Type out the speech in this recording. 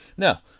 Now